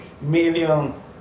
million